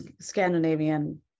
scandinavian